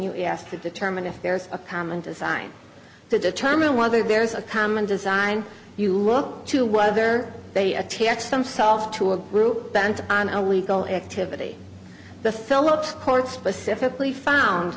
you asked to determine if there's a common design to determine whether there's a common design you look to whether they attach themselves to a group bent on our we go activity the philips court specifically found